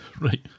Right